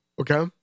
Okay